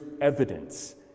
evidence